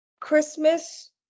Christmas